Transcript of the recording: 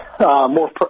more